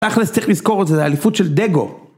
תכל'ס צריך לזכור את זה, זה האליפות של דגו.